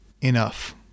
enough